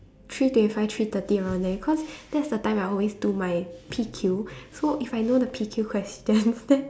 three twenty five three thirty around there cause that's the time I always do my P_Q so if I know the P_Q questions then